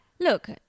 Look